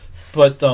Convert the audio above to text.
but them